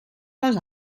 les